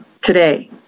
today